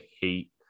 hate